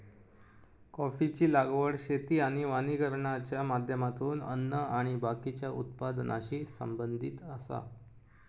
कॉफीची लागवड शेती आणि वानिकरणाच्या माध्यमातून अन्न आणि बाकीच्या उत्पादनाशी संबंधित आसा